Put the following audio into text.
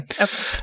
Okay